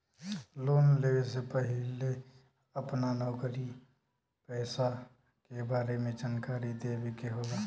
Loan लेवे से पहिले अपना नौकरी पेसा के बारे मे जानकारी देवे के होला?